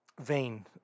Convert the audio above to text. vein